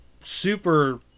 super